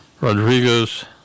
Rodriguez